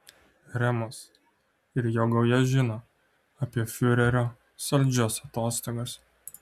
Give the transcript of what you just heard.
remas ir jo gauja žino apie fiurerio saldžias atostogas